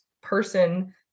person